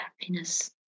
happiness